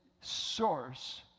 source